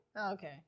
okay